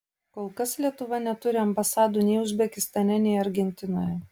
kol kas lietuva neturi ambasadų nei uzbekistane nei argentinoje